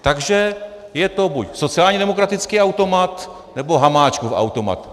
Takže je to buď sociálně demokratický automat, nebo Hamáčkův automat.